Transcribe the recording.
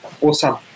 Awesome